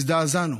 הזדעזענו.